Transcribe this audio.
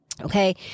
Okay